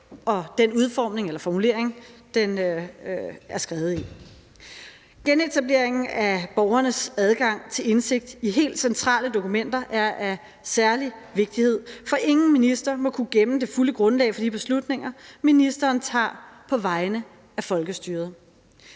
sig selv og den formulering, den har. Genetableringen af borgernes adgang til indsigt i helt centrale dokumenter er af særlig vigtighed, for ingen minister må kunne skjule det fulde grundlag for de beslutninger, ministeren tager på vegne af folkestyret.